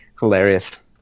hilarious